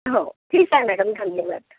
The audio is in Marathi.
हो ठीक आहे मॅडम धन्यवाद